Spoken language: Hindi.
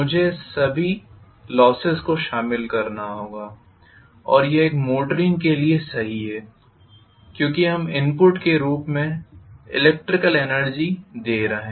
मुझे सभी लोसेस को शामिल करना होगा और यह एक मोटर के लिए सही है क्योंकि हम इनपुट के रूप में इलेक्ट्रिकल एनर्जी दे रहे हैं